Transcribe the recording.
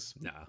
no